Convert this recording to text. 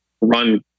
run